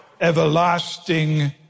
everlasting